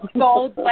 gold